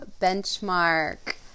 benchmark